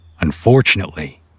Unfortunately